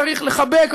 צריך לחבק,